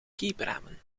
kiepramen